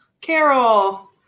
Carol